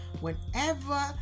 whenever